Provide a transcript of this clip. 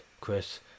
Chris